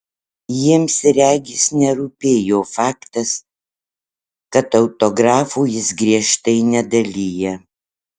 jiems regis nerūpėjo faktas kad autografų jis griežtai nedalija